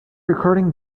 recording